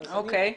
שוב,